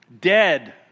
Dead